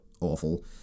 awful